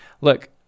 Look